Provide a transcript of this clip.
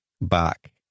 back